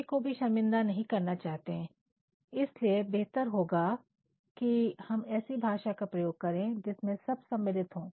किसी को भी शर्मिंदा नहीं करना चाहते इसलिए बेहतर होगा कि हम ऐसी भाषा का प्रयोग करें जिसमें सब सम्मिलित हो